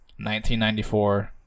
1994